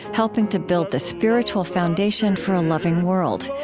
helping to build the spiritual foundation for a loving world.